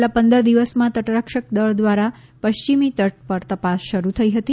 છેલ્લાં પંદર દિવસમાં તટરક્ષકદળ દ્વારા પશ્ચિમી તટ પર તપાસ શરૂ થઈ હતી